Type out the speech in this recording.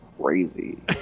crazy